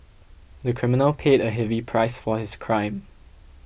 the criminal paid a heavy price for his crime